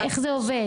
איך זה עובד?